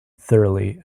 thoroughly